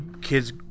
kid's